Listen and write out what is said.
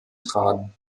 tragen